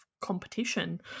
competition